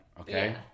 okay